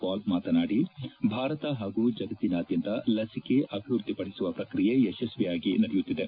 ಪಾಲ್ ಮಾತನಾಡಿ ಭಾರತ ಹಾಗೂ ಜಗತ್ತಿನಾದ್ಯಂತ ಲಸಿಕೆ ಅಭಿವೃದ್ದಿಪಡಿಸುವ ಪ್ರಕ್ರಿಯೆ ಯಶಸ್ವಿಯಾಗಿ ನಡೆಯುತ್ತಿದೆ